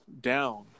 down